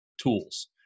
tools